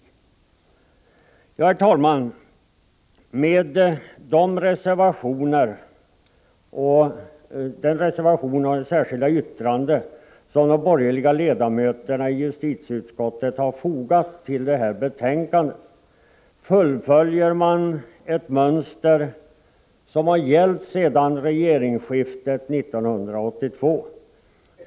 Herr talman! Med den reservation och de särskilda yttranden som de borgerliga ledamöterna i justitieutskottet har fogat till betänkandet följer man ett mönster som har gällt sedan regeringsskiftet 1982.